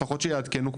לפחות שיעדכנו,